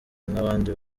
nk’abandi